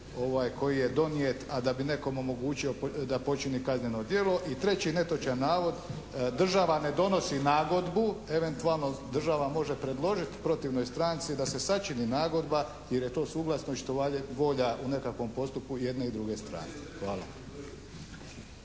koji je donijet, a da bi nekom omogućio da počini kazneno djelo. I treći netočan navod. Država ne donosi nagodbu, eventualno država može predložiti protivnoj stranci da se sačini nagodba jer je to … /Ne razumije se./ … volja u nekakvom postupku jedne i druge strane. Hvala.